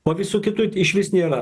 o visų kitų išvis nėra